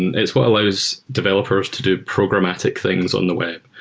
it what allows developers to do programmatic things on the web,